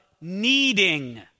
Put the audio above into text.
needing